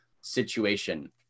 situation